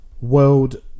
World